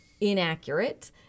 inaccurate